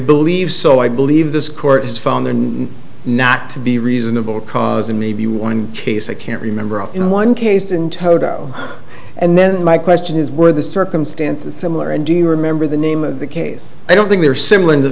believe so i believe this court is found not to be reasonable cause and maybe one case i can't remember all in one case in toto and then my question is were the circumstances similar and do you remember the name of the case i don't think they are similar in the